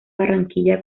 barranquilla